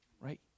Right